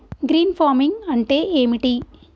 Green farming అంటే ఏమిటి?